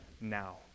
now